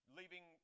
leaving